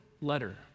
letter